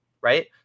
right